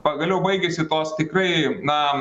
pagaliau baigėsi tos tikrai na